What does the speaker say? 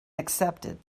accepted